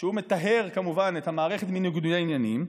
שהוא מטהר כמובן את המערכת מניגודי העניינים,